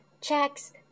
checks